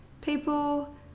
people